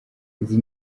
izi